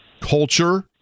culture